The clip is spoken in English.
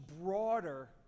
broader